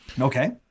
okay